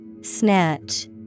Snatch